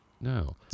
No